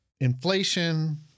inflation